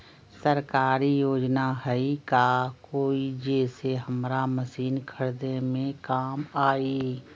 सरकारी योजना हई का कोइ जे से हमरा मशीन खरीदे में काम आई?